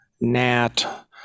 Nat